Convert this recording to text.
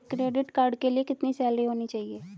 Credit card के लिए कितनी सैलरी होनी चाहिए?